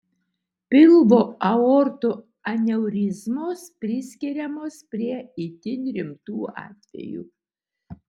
pilvo aortų aneurizmos priskiriamos prie itin rimtų atvejų